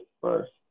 first